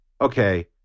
okay